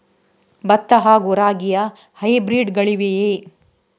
ಭತ್ತ ಹಾಗೂ ರಾಗಿಯ ಹೈಬ್ರಿಡ್ ಗಳಿವೆಯೇ?